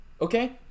Okay